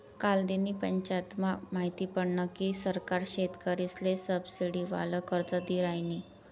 कालदिन पंचायतमा माहिती पडनं की सरकार शेतकरीसले सबसिडीवालं कर्ज दी रायनी